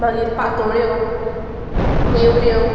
मागीर पातोळ्यो नेवऱ्यो